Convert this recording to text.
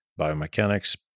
biomechanics